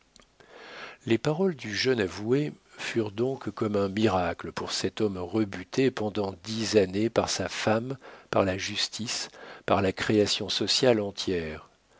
les paroles du jeune avoué furent donc comme un miracle pour cet homme rebuté pendant dix années par sa femme par la justice par la création sociale entière